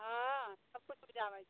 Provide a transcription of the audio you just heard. हँ सभकिछु उपजाबै छी